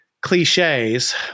cliches